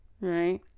Right